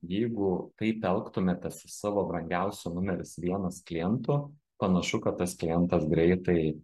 jeigu taip elgtumėtės su savo brangiausiu numeris vienas klientu panašu kad tas klientas greitai